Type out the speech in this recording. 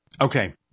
Okay